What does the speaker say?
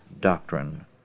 doctrine